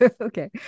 Okay